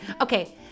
okay